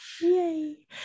Yay